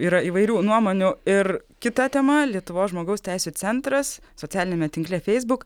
yra įvairių nuomonių ir kita tema lietuvos žmogaus teisių centras socialiniame tinkle feisbuk